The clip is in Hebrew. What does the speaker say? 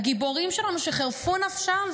הגיבורים שלנו שחרפו נפשם,